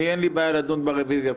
אין לי בעיה לדון קודם ברביזיה,